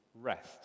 rest